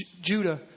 Judah